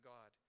God